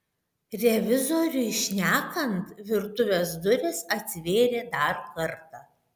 revizoriui šnekant virtuvės durys atsivėrė dar kartą